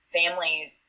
families